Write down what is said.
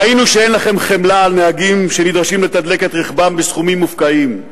ראינו שאין לכם חמלה על נהגים שנדרשים לתדלק את רכבם בסכומים מופקעים.